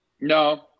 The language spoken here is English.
No